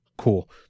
Cool